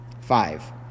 Five